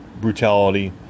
brutality